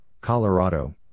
Colorado